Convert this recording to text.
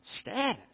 Status